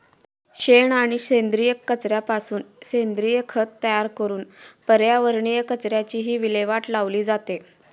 शेण आणि सेंद्रिय कचऱ्यापासून सेंद्रिय खत तयार करून पर्यावरणीय कचऱ्याचीही विल्हेवाट लावली जाते